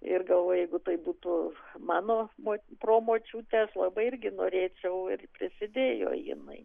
ir galvoju jeigu tai būtų mano moti promočiutės labai irgi norėčiau ir prisidėjo jinai